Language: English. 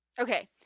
Okay